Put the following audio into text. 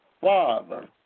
Father